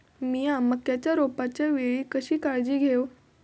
मीया मक्याच्या रोपाच्या वेळी कशी काळजी घेव?